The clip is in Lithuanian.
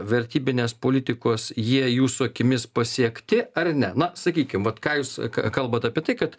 vertybinės politikos jie jūsų akimis pasiekti ar ne na sakykim vat ką jūs kalbat apie tai kad